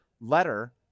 letter